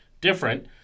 different